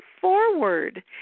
forward